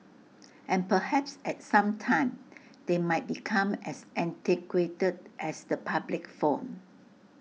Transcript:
and perhaps at some time they might become as antiquated as the public phone